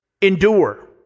endure